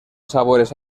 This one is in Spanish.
sabores